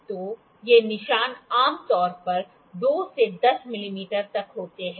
तो ये निशान आम तौर पर 2 से 10 मिमी तक होते हैं